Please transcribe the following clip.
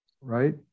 right